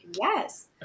Yes